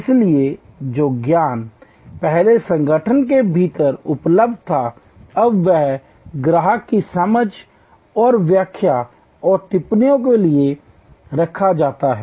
इसलिए जो ज्ञान पहले संगठन के भीतर उपलब्ध था वह अब ग्राहक की समझ और व्याख्या और टिप्पणियों के लिए रखा जाता है